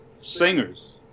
singers